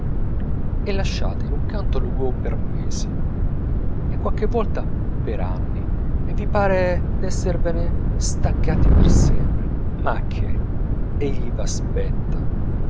e lasciate in un canto l'hugo per mesi e qualche volta per anni e vi pare d'esservene staccati per sempre ma che egli v'aspetta